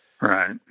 Right